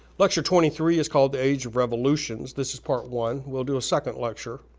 lecture twenty three is called the age of revolutions. this is part one we'll do a second lecture